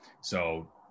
so-